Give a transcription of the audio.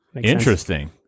interesting